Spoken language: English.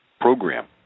program